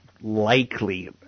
Likely